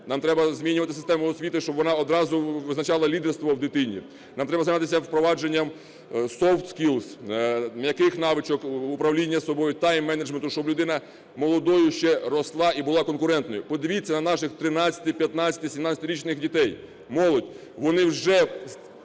нам треба змінювати систему освіти, щоб вона одразу визначала лідерство в дитині, нам треба займатися впровадженням soft skills м'яких навичок управління собою, тайм-менеджменту, щоб людина молодою ще росла і була конкурентною. Поживіться на наших 13-ти, 15-ти, 17-річних дітей – молодь. Вони вже